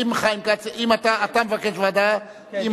אתה מבקש ועדה, כן, דיברתי אתו.